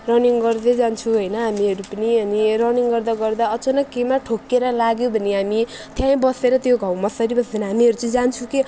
running गर्दै जान्छौँ होइन हामीहरू पनि अनि रनिङ गर्दा गर्दा अचानक केहीमा ठोकिएर लाग्यो भने हामी त्यहीँ बसेर त्यो घाउ मसारिबस्दैन हामीहरू चाहिँ जान्छौँ क्या